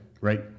Right